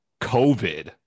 covid